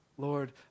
Lord